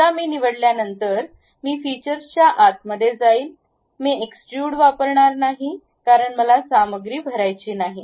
एकदा मी निवडल्यानंतर मी फीचर्सच्या आत मध्ये जाईल मी एक्सट्रूड वापरणार नाही कारण मला सामग्री भरायची नाही